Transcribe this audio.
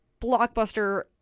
blockbuster